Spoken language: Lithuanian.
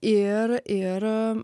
ir ir